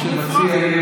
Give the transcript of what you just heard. זה לא מופרך.